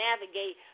navigate